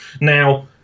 now